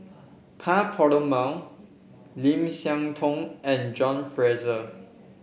Ka Perumal Lim Siah Tong and John Fraser